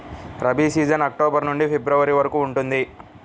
rabi season October నుండి February వరకు ఉంటుంది